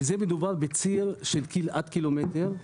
פחות או יותר, ומדובר בציר של עד קילומטר,